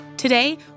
Today